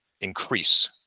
increase